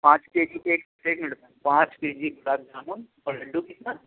پانچ K G ایک ایک منٹ میم پانچ کے جی گلاب جامن اور لڈو کتنا